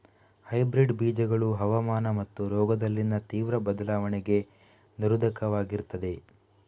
hybrid ಬೀಜಗಳು ಹವಾಮಾನ ಮತ್ತು ರೋಗದಲ್ಲಿನ ತೀವ್ರ ಬದಲಾವಣೆಗಳಿಗೆ ನಿರೋಧಕವಾಗಿರ್ತದೆ